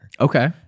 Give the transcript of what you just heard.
Okay